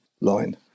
line